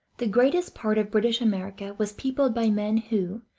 the greatest part of british america was peopled by men who,